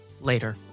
later